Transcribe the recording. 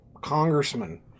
congressman